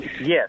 Yes